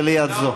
זה ליד זו.